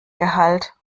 gehalt